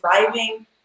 driving